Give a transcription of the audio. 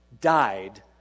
died